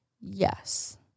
Yes